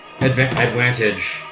Advantage